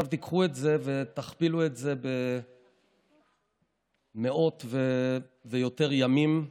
תיקחו את זה ותכפילו את זה במאות ויותר ימים,